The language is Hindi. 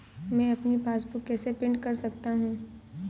मैं अपनी पासबुक कैसे प्रिंट कर सकता हूँ?